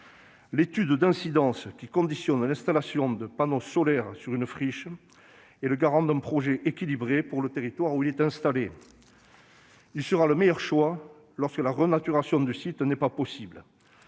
L'étude d'incidence, qui conditionne l'installation de panneaux solaires sur une friche, est la garantie d'un projet équilibré pour le territoire où il prend place. Il sera le meilleur choix lorsque la renaturation du site ne sera pas possible